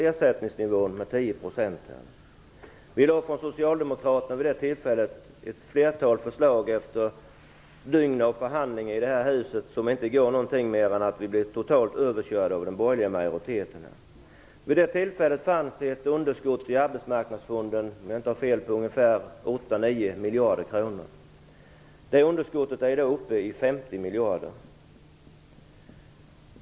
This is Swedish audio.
Vid det tillfället lade socialdemokraterna fram ett flertal förslag efter dygn av förhandlingar i det här huset som inte gav något annat än att vi blev totalt överkörda av den borgerliga majoriteten. Vid det tillfället fanns det ett underskott i Arbetsmarknadsfonden på ungefär 8-9 miljarder kronor, om jag inte tar fel. Det underskottet är i dag uppe i 50 miljarder.